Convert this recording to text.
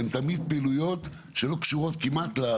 הן תמיד פעילויות שלא קשורות לזה כמעט.